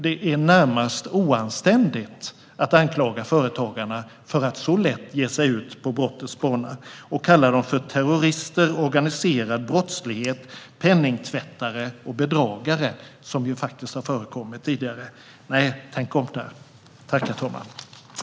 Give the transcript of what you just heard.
Det är närmast oanständigt att anklaga företagarna för att så lätt ge sig ut på brottets bana och att kalla dem för terrorister, organiserad brottslighet, penningtvättare och bedragare. Tänk om där!